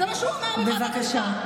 זה מה שהוא אמר בוועדת החוקה.